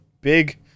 big